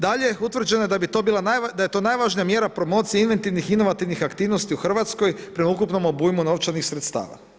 Dalje, utvrđeno je da bi to bila, da je to najvažnija mjera promocije inventivnih i inovativnih aktivnosti u Hrvatskoj prema ukupnom obujmu novčanih sredstava.